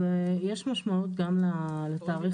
אז יש משמעות גם לתאריך